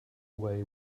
away